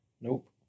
Nope